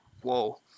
whoa